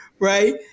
right